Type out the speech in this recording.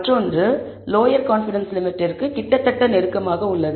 மற்றொன்று lower confidence லிமிட்டிற்கு கிட்டத்தட்ட நெருக்கமாக உள்ளது